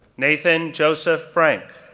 nathan joseph frank,